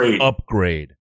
upgrade